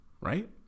right